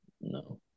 No